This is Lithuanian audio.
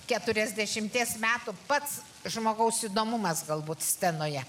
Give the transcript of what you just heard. keturiasdešimties metų pats žmogaus įdomumas galbūt scenoje